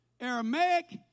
Aramaic